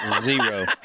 Zero